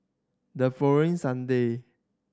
the following Sunday